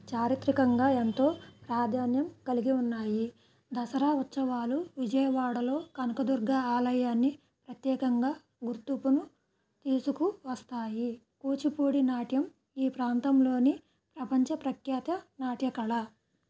చారిత్రికంగా ఎంతో ప్రాధాన్యం కలిగి ఉన్నాయి దసరా ఉత్సవాలు విజయవాడలో కనకదుర్గ ఆలయాన్ని ప్రత్యేకంగా గుర్తింపును తీసుకు వస్తాయి కూచిపూడి నాట్యం ఈ ప్రాంతంలోని ప్రపంచ ప్రఖ్యాత నాట్యకళ